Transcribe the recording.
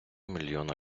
мільйона